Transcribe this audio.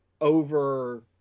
over